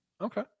Okay